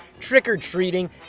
trick-or-treating